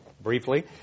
briefly –